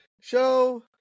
show